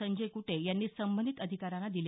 संजय कुटे यांनी संबंधित अधिकाऱ्यांना दिले